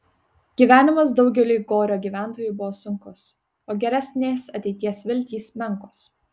gyvenimas daugeliui gorio gyventojų buvo sunkus o geresnės ateities viltys menkos